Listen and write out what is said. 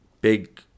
big